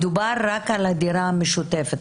מדובר רק על הדירה המשותפת,